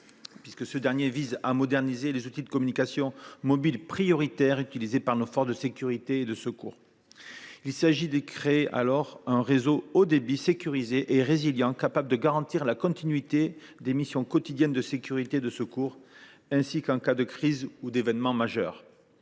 du futur (RRF), visant à moderniser les outils de communications mobiles prioritaires utilisés par nos forces de sécurité et de secours. Il s’agit de créer un réseau haut débit sécurisé et résilient, à même de garantir la continuité des missions quotidiennes de sécurité et de secours et capable d’affronter des crises ou des événements majeurs.